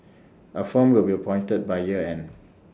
A firm will be appointed by year end